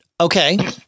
Okay